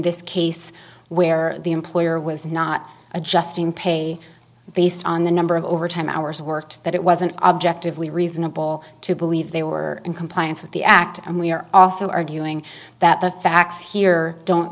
this case where the employer was not adjusting pay based on the number of overtime hours worked that it was an objectively reasonable to believe they were in compliance with the act and we are also arguing that the facts here don't